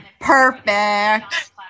Perfect